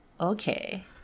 okay